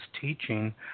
teaching